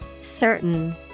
Certain